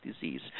disease